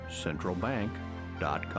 centralbank.com